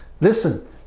listen